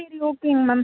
சரி ஓகேங்க மேம்